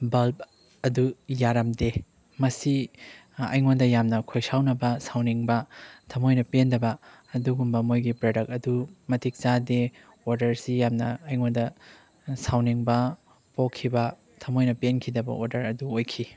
bulb ꯑꯗꯨ ꯌꯥꯔꯝꯗꯦ ꯃꯁꯤ ꯑꯩꯉꯣꯟꯗ ꯌꯥꯝꯅ ꯈꯣꯏꯁꯥꯎꯅꯕ ꯁꯥꯎꯅꯤꯡꯕ ꯊꯝꯃꯣꯏꯅ ꯄꯦꯟꯗꯕ ꯑꯗꯨꯒꯨꯝꯕ ꯃꯣꯏꯒꯤ ꯄ꯭ꯔꯗꯛ ꯑꯗꯨ ꯃꯇꯤꯛ ꯆꯥꯗꯦ ꯑꯣꯗꯔꯁꯤ ꯌꯥꯝꯅ ꯑꯩꯉꯣꯟꯗ ꯁꯥꯎꯅꯤꯡꯕ ꯄꯣꯛꯈꯤꯕ ꯊꯝꯃꯣꯏꯅ ꯄꯦꯟꯈꯤꯗꯕ ꯑꯣꯗꯔ ꯑꯗꯨ ꯑꯣꯏꯈꯤ